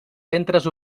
centres